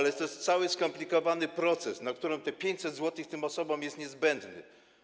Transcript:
To jest cały skomplikowany proces, na który te 500 zł tym osobom jest niezbędne.